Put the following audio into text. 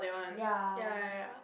ya